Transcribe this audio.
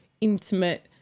intimate